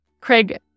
Craig